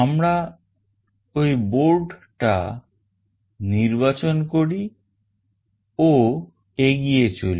আমরা ওই board টা নির্বাচন করি ও এগিয়ে চলি